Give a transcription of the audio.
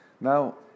Now